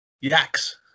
yaks